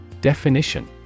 Definition